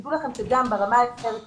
תדעו לכם שגם ברמה הערכית,